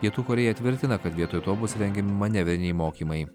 pietų korėja tvirtina kad vietoj to bus rengiami manevriniai mokymai